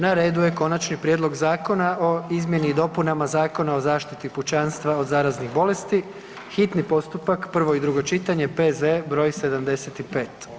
Na redu je: - Konačni prijedlog Zakona o izmjeni i dopunama Zakona o zaštiti pučanstva od zaraznih bolesti, hitni postupak, prvo i drugo čitanje, P.Z. br. 75.